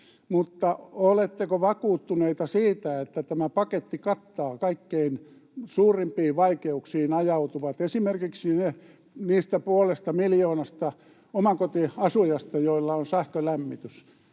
mutta oletteko vakuuttuneita siitä, että tämä paketti kattaa kaikkein suurimpiin vaikeuksiin ajautuvat, esimerkiksi niin, että ne puoli miljoonaa omakotiasujaa, joilla on sähkölämmitys,